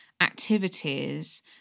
activities